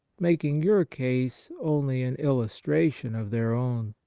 making your case only an illustration of their own.